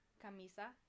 Camisa